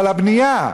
על הבנייה.